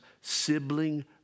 sibling